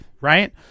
Right